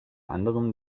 anderem